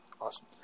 awesome